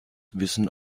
wissen